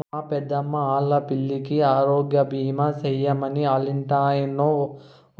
మా పెద్దమ్మా ఆల్లా పిల్లికి ఆరోగ్యబీమా సేయమని ఆల్లింటాయినో